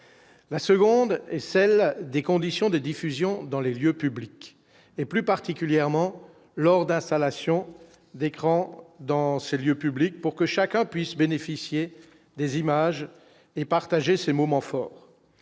la seconde est celle des conditions de diffusion dans les lieux publics et plus particulièrement lors d'installation d'écrans dans ces lieux publics pour que chacun puisse bénéficier des images et partager ces moments forts,